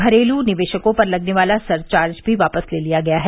घरेलू निवेशकों पर लगने वाला सरचार्ज भी वापस ले लिया गया है